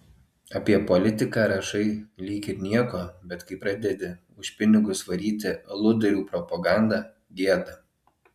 apie politiką rašai lyg ir nieko bet kai pradedi už pinigus varyti aludarių propagandą gėda